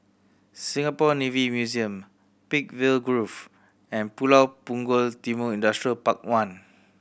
Singapore Navy Museum Peakville Grove and Pulau Punggol Timor Industrial Park One